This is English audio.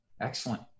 Excellent